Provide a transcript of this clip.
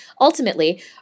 Ultimately